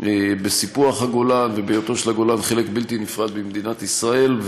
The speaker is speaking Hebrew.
בסיפוח הגולן ובהיותו של הגולן חלק בלתי נפרד ממדינת ישראל.